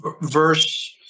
verse